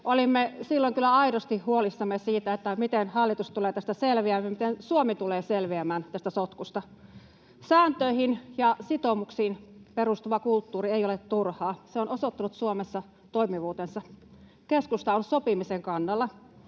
Olimme silloin kyllä aidosti huolissamme siitä, miten hallitus tulee tästä selviämään, miten Suomi tulee selviämään tästä sotkusta. Sääntöihin ja sitoumuksiin perustuva kulttuuri ei ole turhaa. Se on osoittanut Suomessa toimivuutensa. Keskusta on sopimisen kannalla.